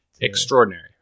Extraordinary